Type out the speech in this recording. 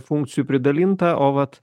funkcijų pridalinta o vat